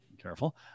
Careful